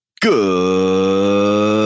Good